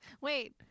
Wait